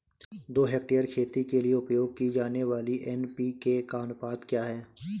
दो हेक्टेयर खेती के लिए उपयोग की जाने वाली एन.पी.के का अनुपात क्या है?